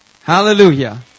Hallelujah